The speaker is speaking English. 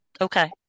Okay